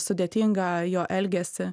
sudėtingą jo elgesį